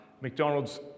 McDonald's